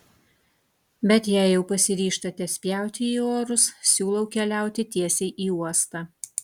bet jei jau pasiryžtate spjauti į orus siūlau keliauti tiesiai į uostą